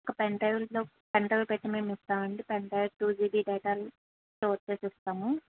ఒక పెన్ డ్రైవ్లో pen drive పెట్టి మేము ఇస్తామండి పెన్ డ్రైవ్ టూ జీబీ డేటాని లోడ్ చేసి ఇస్తాము